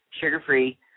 sugar-free